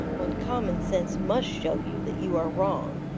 when common sense must show you that you are wrong.